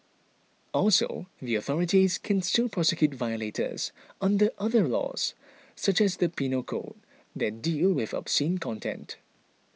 also the authorities can still prosecute violators under other laws such as the Penal Code that deal with obscene content